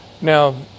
Now